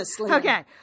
Okay